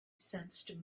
sensed